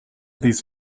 these